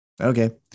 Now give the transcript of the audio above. okay